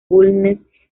bulnes